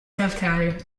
calcare